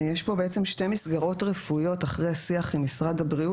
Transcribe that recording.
יש כאן שתי מסגרות רפואיות ואחרי שיח עם משרד הבריאות